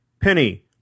Penny